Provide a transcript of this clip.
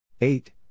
Eight